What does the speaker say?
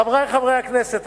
חברי חברי הכנסת,